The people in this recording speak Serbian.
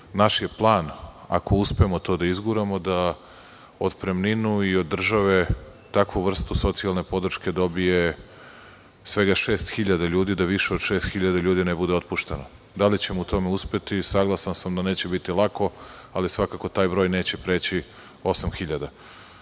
Naš je plan, ako uspemo to da izguramo, da otpremninu i od države takvu vrstu socijalne pomoći dobije svega 6.000 ljudi, da više od 6.000 ljudi ne bude otpušteno. Da li ćemo u tome uspeti? Saglasan sam da neće biti lako, ali svakako taj broj neće preći 8.000.Ono